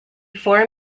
four